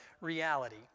reality